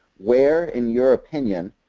where, in your opinion,